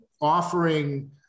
offering